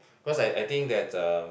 because I I think that uh